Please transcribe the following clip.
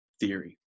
theory